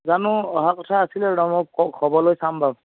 জানো অহা কথা আছিলে মই খবৰ খবৰ লৈ চাম বাৰু